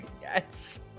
yes